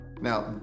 Now